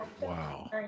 Wow